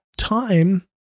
time